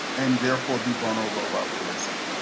and therefore be vulnerable about their racism.